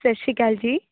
ਸਤਿ ਸ਼੍ਰੀ ਅਕਾਲ